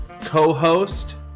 co-host